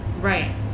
Right